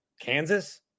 Kansas